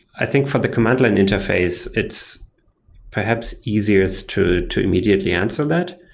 i think for the command line interface, it's perhaps easiest to to immediately answer that.